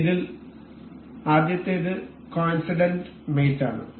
ഇതിൽ ആദ്യത്തേത് coincident mate ആണ്